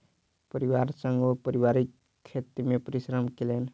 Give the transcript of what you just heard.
परिवार संग ओ पारिवारिक खेत मे परिश्रम केलैन